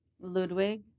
Ludwig